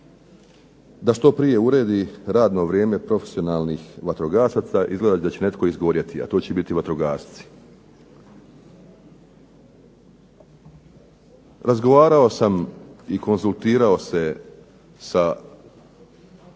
da što prije uredi radno vrijeme profesionalnih vatrogasaca izgleda da će netko izgorjeti, a to će biti vatrogasci. Razgovarao sam i konzultirao se sa